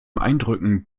eindrücken